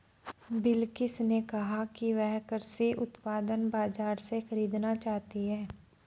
बिलकिश ने कहा कि वह कृषि उपकरण बाजार से खरीदना चाहती है